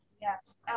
Yes